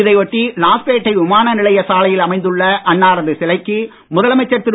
இதையொட்டி லாஸ்பேட்டை விமானநிலைய சாலையில் அமைந்துள்ள அன்னாரது சிலைக்கு முதலமைச்சர் திரு